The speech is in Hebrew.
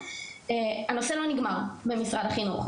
הנושא לא נגמר במשרד החינוך,